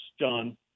John